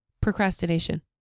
Procrastination